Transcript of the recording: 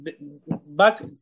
back